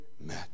met